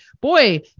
boy